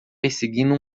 perseguindo